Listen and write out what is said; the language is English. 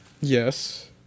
Yes